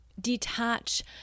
detach